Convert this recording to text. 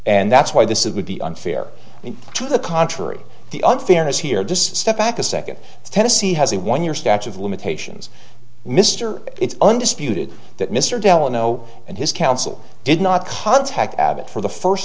and that's why this it would be unfair to the contrary the unfairness here just step back a second tennessee has a one year statute of limitations mr it's undisputed that mr delano and his counsel did not contact abbott for the first